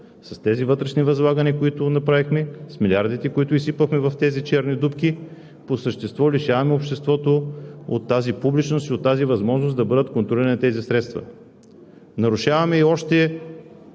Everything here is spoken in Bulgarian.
С тези вътрешни възлагания, които направихме, с милиардите, които изсипахме в тези черни дупки, по същество лишаваме обществото от публичност и от възможност да бъдат контролирани тези средства. Нарушаваме и още